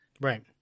Right